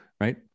Right